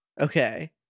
Okay